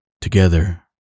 together